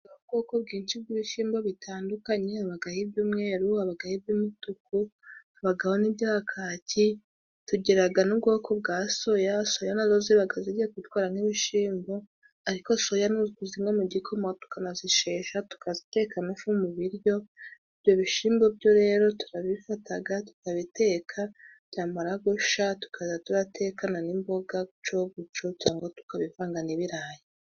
Ubwoko bwinshi bw'ibishimbo bitandukanye, habagaho iby'umweru, habagaho iby'umutuku, habagabo n'ibya kaki. Tugiraga n'ubwoko bwa soya, soya nazo zibaga zigiye gutwara nk'ibishimbo ariko soya ni ukuzinywa mu gikoma, tukanazishesha, tukaziteka n'ifu mu biryo. Ibyo bishimbo byo rero turabifataga, tukabiteka byamara gusha, tukaza turabitekana n'imboga guco guco cyangwa tukabivanga n'ibirayi.